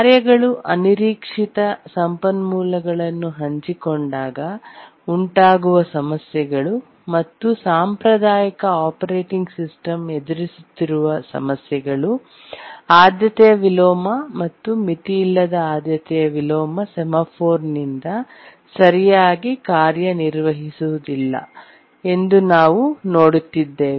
ಕಾರ್ಯಗಳು ಅನಿರೀಕ್ಷಿತ ಸಂಪನ್ಮೂಲಗಳನ್ನು ಹಂಚಿಕೊಂಡಾಗ ಉಂಟಾಗುವ ಸಮಸ್ಯೆಗಳು ಮತ್ತು ಸಾಂಪ್ರದಾಯಿಕ ಆಪರೇಟಿಂಗ್ ಸಿಸ್ಟಮ್ ಎದುರಿಸುತ್ತಿರುವ ಸಮಸ್ಯೆಗಳು ಆದ್ಯತೆಯ ವಿಲೋಮ ಮತ್ತು ಮಿತಿಯಿಲ್ಲದ ಆದ್ಯತೆಯ ವಿಲೋಮ ಸೆಮಾಫೋರ್ನಿಂದ ಸರಿಯಾಗಿ ಕಾರ್ಯನಿರ್ವಹಿಸುವುದಿಲ್ಲ ಎಂದು ನಾವು ನೋಡುತ್ತಿದ್ದೇವೆ